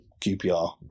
QPR